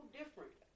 different